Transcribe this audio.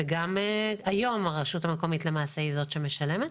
למעשה גם היום הרשות המקומית היא זו שמשלמת.